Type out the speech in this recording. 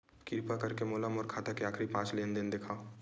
किरपा करके मोला मोर खाता के आखिरी पांच लेन देन देखाव